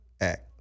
act